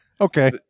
Okay